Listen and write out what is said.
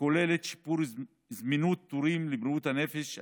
הכוללת שיפור זמינות התורים לבריאות הנפש,